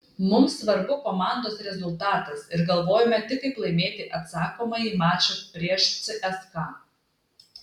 mums svarbu komandos rezultatas ir galvojame tik kaip laimėti atsakomąjį mačą prieš cska